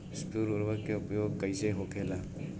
स्फुर उर्वरक के उपयोग कईसे होखेला?